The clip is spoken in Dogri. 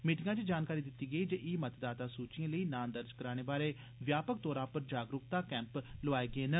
मीटिंगा च जानकारी दिती गेई जे ई मतदाता सूचियें लेई नां दर्ज कराने बारै व्यापक तौरा पर जागरुकता कैम्प लोआए गेन